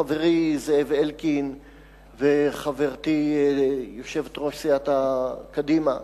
חברי זאב אלקין וחברתי יושבת-ראש סיעת קדימה,